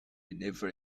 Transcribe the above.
never